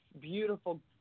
beautiful